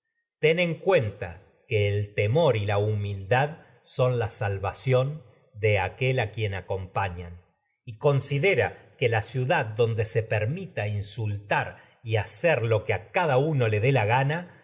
ten salvación la cuenta que el temor y la humildad son la y de aquel á quien acompañan se considera que lo que a ciudad donde le permita insultar y hacer a cada uno dé la gana